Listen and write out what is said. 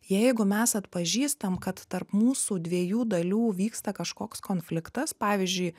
jeigu mes atpažįstam kad tarp mūsų dviejų dalių vyksta kažkoks konfliktas pavyzdžiui